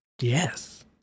Yes